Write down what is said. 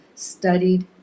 studied